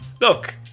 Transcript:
look